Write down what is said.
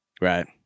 Right